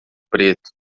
preto